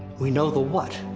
we know the what,